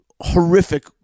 horrific